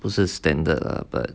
不是 standard lah but